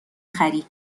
خری